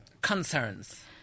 concerns